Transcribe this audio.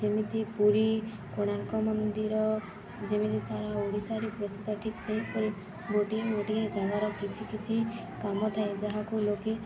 ଯେମିତି ପୁରୀ କୋଣାର୍କ ମନ୍ଦିର ଯେମିତି ସାରା ଓଡ଼ିଶାରେ ପ୍ରସିଦ୍ଧ ଠିକ ସେହିପରି ଗୋଟିଏ ଗୋଟିଏ ଜାଗାର କିଛି କିଛି କାମ ଥାଏ ଯାହାକୁ ଲୋକେ